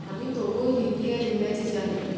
আমি তবুও হিন্দি আর ইংরাজি জানি